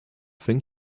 thing